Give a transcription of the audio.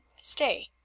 stay